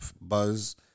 buzz